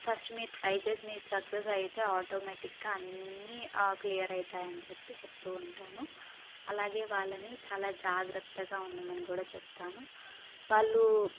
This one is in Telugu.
ఫస్ట్ మీరు ట్రై చేసి మీరు సక్సెస్ అయితే ఆటోమేటిక్గా అన్నీ క్లియర్ అవుతాయి అని చెప్పి చెప్తు ఉంటాను అలాగే వాళ్ళని చాలా జాగ్రత్తగా ఉండమని కూడా చెప్తాను వాళ్ళు